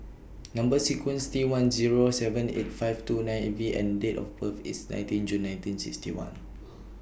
Number sequence IS T one Zero seven eight five two nine V and Date of birth IS nineteen June nineteen sixty one